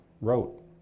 wrote